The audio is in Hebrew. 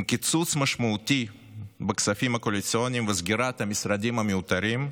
עם קיצוץ משמעותי בכספים הקואליציוניים וסגירת המשרדים המיותרים,